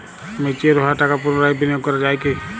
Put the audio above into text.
Mature হওয়া টাকা পুনরায় বিনিয়োগ করা য়ায় কি?